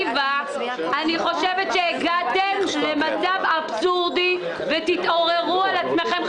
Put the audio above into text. כאלטרנטיבה הגעתם למצב אבסורדי ותתעוררו על עצמכם,